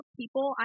people